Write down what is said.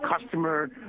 customer